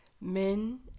men